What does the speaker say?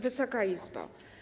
Wysoka Izbo!